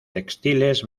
textiles